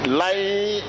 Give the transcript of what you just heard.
lie